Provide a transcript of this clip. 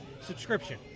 Subscription